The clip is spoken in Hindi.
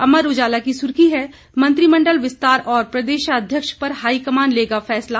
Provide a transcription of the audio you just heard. अमर उजाला की सुर्खी है मंत्रिमंडल विस्तार और प्रदेशाध्यक्ष पर हाईकमान लेगा फैसला